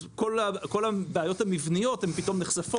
אז כל הבעיות המבניות נחשפות פתאום.